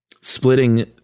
splitting